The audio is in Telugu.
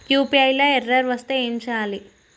యూ.పీ.ఐ లా ఎర్రర్ వస్తే ఏం చేయాలి?